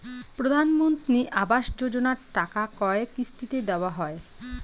প্রধানমন্ত্রী আবাস যোজনার টাকা কয় কিস্তিতে দেওয়া হয়?